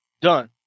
Done